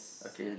okay